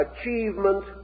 achievement